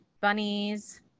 bunnies